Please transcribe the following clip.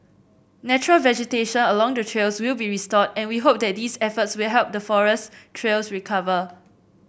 natural vegetation along the trails will be restored and we hope that these efforts will help the forest trails recover